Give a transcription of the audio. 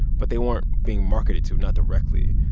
but they weren't being marketed to not directly.